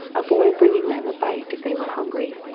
a boy bringing them a bite if they were hungry,